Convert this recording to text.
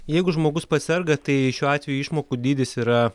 jeigu žmogus pats serga tai šiuo atveju išmokų dydis yra